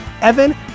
Evan